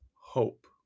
hope